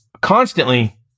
constantly